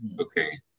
Okay